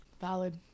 Valid